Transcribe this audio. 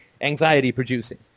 anxiety-producing